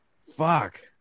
fuck